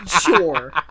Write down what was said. Sure